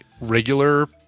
regular